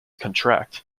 contract